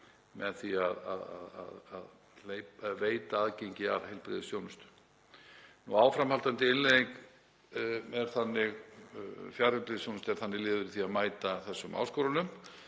um að veita aðgengi að heilbrigðisþjónustu. Áframhaldandi innleiðing fjarheilbrigðisþjónustu er þannig liður í því að mæta þessum áskorunum.